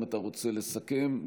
אם אתה רוצה לסכם,